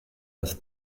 las